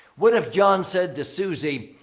what if john said to susie,